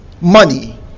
money